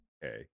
Hey